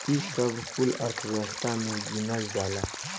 ई सब कुल अर्थव्यवस्था मे गिनल जाला